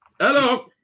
Hello